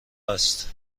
است